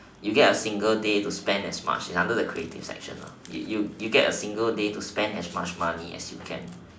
you get a single day to spend as much under the creative section ah you get a single day to spend as much money as you can